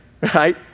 right